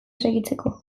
segitzeko